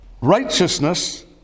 righteousness